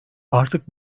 artık